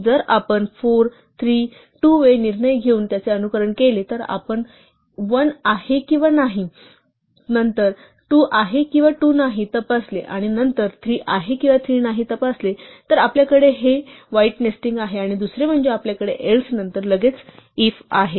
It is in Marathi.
जर आपण 4 3 2 वे निर्णय घेऊन त्याचे अनुकरण केले तर आपण 1 आहे किंवा 1 नाही तपासले नंतर 2 आहे किंवा 2 नाही तपासले आणि नंतर 3 आहे किंवा 3 नाही तपासले तर आपल्याकडे हे वाईट नेस्टिंग आहे आणि दुसरे म्हणजे आपल्याकडे else नंतर लगेच if आहे